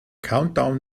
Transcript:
countdown